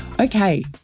Okay